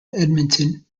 edmonton